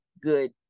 good